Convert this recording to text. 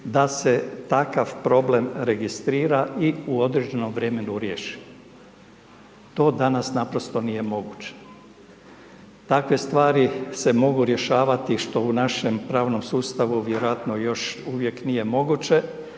da se takav problem registrira i u određenom vremenu riješi. To danas naprosto nije moguće. Takve stvari se mogu rješavati što u našem pravnom sustavu vjerojatno još uvijek nije moguće,